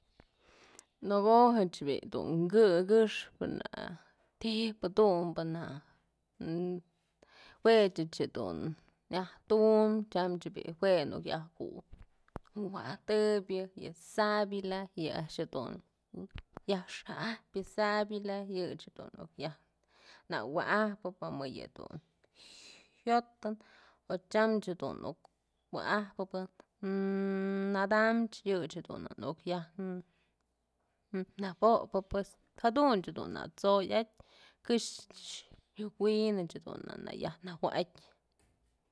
Nëko'o jëch bi'i dun kë këxpë na ti'ibë dumbë na juëch ëch jedun nyaj tumbyë tyamch bi'i jue nuk yajkuwatëbyë yë sabila, yë a'ax jedun yajxa'ajpyë savila yëch jedun nyaj nawa'ajpëbë mëbë yëdun jyotën o cham jedun wa'ajpëbë nadach yech dun nuk yaj nabop'pë pues jadunchë dun na t'sojatyë këx xë wi'inëch dun na nayaj wa'atyë.